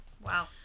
Wow